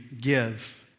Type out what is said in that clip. give